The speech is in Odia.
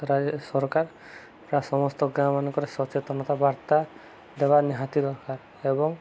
ରାଜ୍ୟ ସରକାର ସମସ୍ତ ଗାଁ ମାନଙ୍କରେ ସଚେତନତା ବାର୍ତ୍ତା ଦେବା ନିହାତି ଦରକାର ଏବଂ